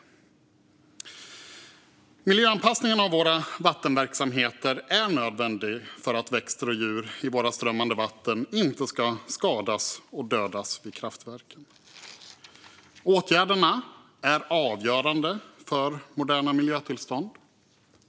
Miljöanpassningen av våra vattenverksamheter är nödvändig för att växter och djur i våra strömmande vatten inte ska skadas och dödas vid kraftverken. Åtgärderna är avgörande för moderna miljötillstånd.